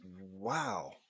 Wow